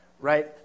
right